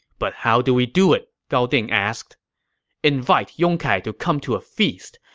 but how do we do it? gao ding asked invite yong kai to come to a feast.